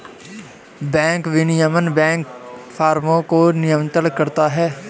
bank विनियमन banking फ़र्मों को नियंत्रित करता है